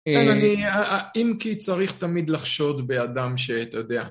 אם כי צריך תמיד לחשוד באדם, שאתה יודע.